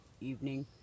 evening